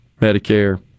Medicare